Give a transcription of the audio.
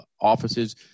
offices